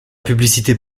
publicité